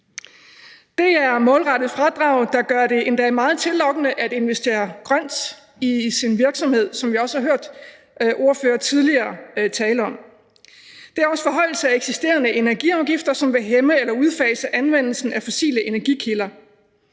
Det er målrettede fradrag, der gør det endda meget tillokkende at investere grønt i sin virksomhed, som vi også har hørt ordførere tale om tidligere. Det er også en forhøjelse af eksisterende energiafgifter, som vil hæmme eller udfase anvendelsen af fossile energikilder.